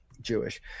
Jewish